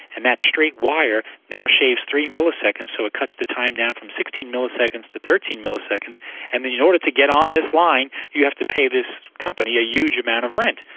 and that straight wire now shaves three milliseconds so it cuts the time down from sixteen milliseconds to thirteen milliseconds and in you know order to get on this line you have to pay this company a huge amount of rent.